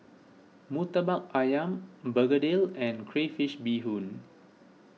Murtabak Ayam Begedil and Crayfish BeeHoon